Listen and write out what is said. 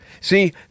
See